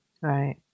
Right